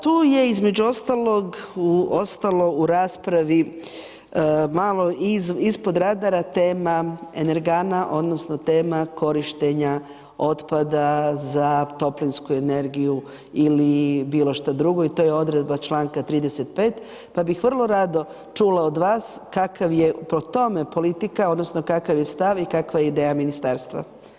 Tu je između ostalog ostalo u raspravi malo ispod radara tema energana odnosno tema korištenja otpada za toplinsku energiju ili bilo šta drugo i to je odredba članka 35. pa bih vrlo rado čula od vas kakav je po tome politika odnosno kakav je stav i kakva je ideja Ministarstva?